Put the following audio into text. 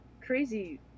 crazy